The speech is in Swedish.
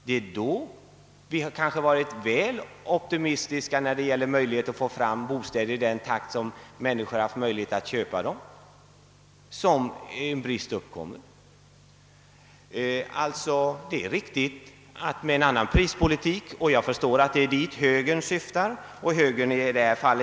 Det är när vi kanske har varit väl optimistiska i frågan om förutsättningarna att få fram bostäder i den takt som människor har haft möjlighet att köpa dem som en brist har uppkommit. Med en annan prispolitik — och jag förstår att det är dit högern syftar; högern som i det fallet.